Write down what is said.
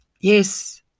yes